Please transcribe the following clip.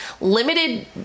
limited